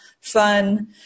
fun